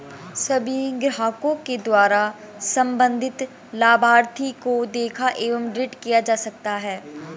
सभी ग्राहकों के द्वारा सम्बन्धित लाभार्थी को देखा एवं डिलीट किया जा सकता है